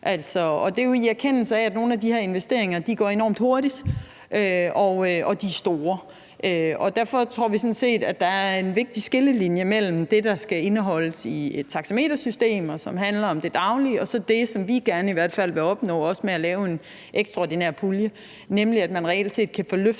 det er jo i erkendelse af, at nogle af de her investeringer går enormt hurtigt, og at de er store. Og derfor tror vi sådan set, at der er en vigtig skillelinje mellem det, der skal indeholdes i et taxametersystem, og som handler om det daglige, og så det, som vi i hvert fald gerne vil opnå, også med at lave en ekstraordinær pulje, nemlig at man reelt set kan få løftet